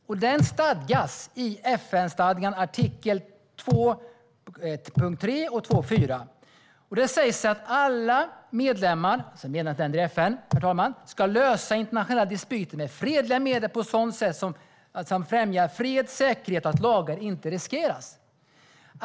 Folkrätten stadgas i FN-stadgan, artikel 2.3 och 2.4. Där sägs det att alla medlemmar i FN ska lösa internationella dispyter med fredliga medel på ett sådant sätt att fred, säkerhet och lagar inte riskeras.